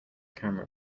camera